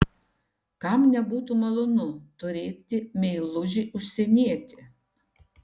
kam nebūtų malonu turėti meilužį užsienietį